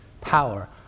Power